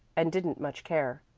and didn't much care.